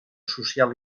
social